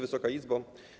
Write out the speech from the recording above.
Wysoka Izbo!